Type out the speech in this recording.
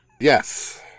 Yes